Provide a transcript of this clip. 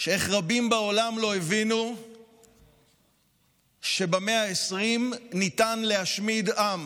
איך רבים בעולם לא הבינו שבמאה ה-20 ניתן להשמיד עם.